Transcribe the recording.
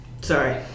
Sorry